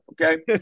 okay